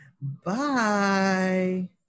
bye